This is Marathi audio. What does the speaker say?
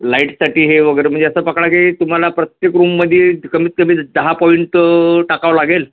लाईटसाठी हे वगैरे म्हणजे असं पकडा की तुम्हाला प्रत्येक रूममध्ये कमीतकमी दहा पॉईंट टाकावं लागेल